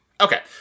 Okay